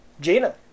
Gina